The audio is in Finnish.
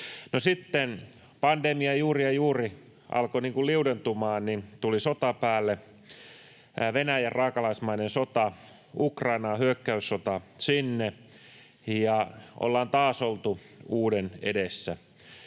sitten kun pandemia juuri ja juuri alkoi liudentumaan, tuli sota päälle, Venäjän raakalaismainen sota Ukrainassa, hyökkäyssota sinne, ja ollaan taas oltu uuden edessä.